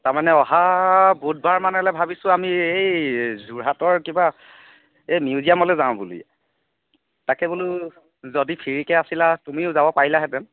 তাৰমানে অহা বুধবাৰ মানলে ভাবিছোঁ আমি এই যোৰহাটৰ কিবা এই মিউজিয়ামলৈ যাওঁ বুলি তাকে বোলো যদি ফ্ৰিকে আছিলা তুমিও যাব পাৰিলাহেতেন